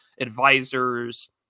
advisors